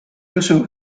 ruszył